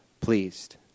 pleased